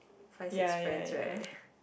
find his friends right